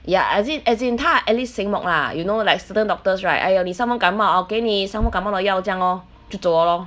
ya as in as in 他 at least seng mok lah you know like certain doctors right !aiyo! 你伤风感冒 oh 给你伤风感冒药这样 lor 就走了 lor